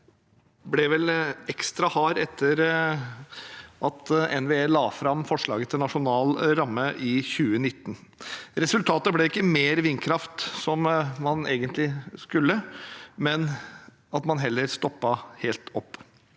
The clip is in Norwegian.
den ble vel ekstra hard etter at NVE la fram forslaget til nasjonal ramme i 2019. Resultatet ble ikke mer vindkraft, slik man egentlig skulle ha, men at man heller stoppet helt opp.